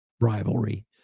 rivalry